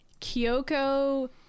Kyoko